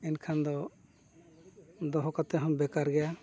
ᱮᱱᱠᱷᱟᱱ ᱫᱚ ᱫᱚᱦᱚ ᱠᱟᱛᱮ ᱦᱚᱸᱢ ᱵᱮᱠᱟᱨ ᱜᱮᱭᱟ